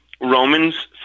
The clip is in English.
Romans